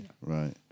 right